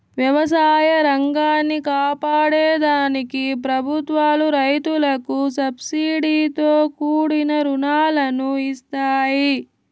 వ్యవసాయ రంగాన్ని కాపాడే దానికి ప్రభుత్వాలు రైతులకు సబ్సీడితో కూడిన రుణాలను ఇస్తాయి